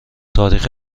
تاریخ